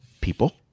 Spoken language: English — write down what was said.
people